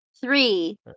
Three